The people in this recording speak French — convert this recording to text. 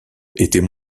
étaient